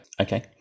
okay